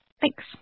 Thanks